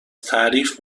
تعریف